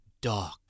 dark